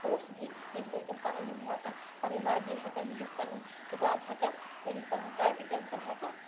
پونٛسہٕ دِنۍ یمہِ سۭتۍ یِم پَنٕنۍ یِم ہیٚکن پَنٕنۍ وَردی ہیکَن أنِتھ پَنٕنۍ کِتاب ہیٚکَن أنِتھ پَنُن کاپی پٮ۪نسَل ہیٚکَن